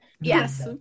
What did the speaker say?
yes